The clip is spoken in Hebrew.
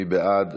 מי בעד?